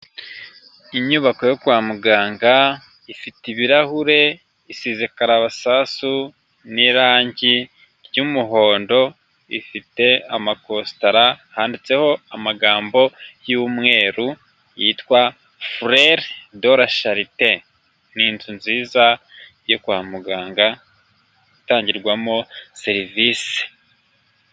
Inyubako yo kwa muganga ifite ibirahure; isize karabasasu n'irangi ry'umuhondo, ifite amakositara; handitseho amagambo y'umweru yitwa frere de la charte; ni inzu nziza yo kwa muganga itangirwamo serivisi.